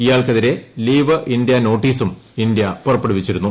ഇയാൾക്കെതിരെ leave India നോട്ടീസും India പുറപ്പെടുവിച്ചിരുന്നു